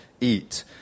eat